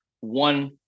one